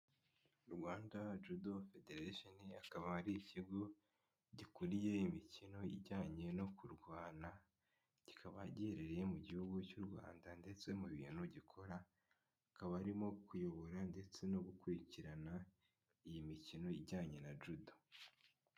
Rwanda judo federation, akaba ari ikigo gikuriye imikino ijyanye no kurwana, kikaba giherereye mu gihugu cy'u Rwanda ndetse mu bintu gikora Hakaba Harimo kuyobora ndetse no gukurikirana iyi mikino ijyanye na judo.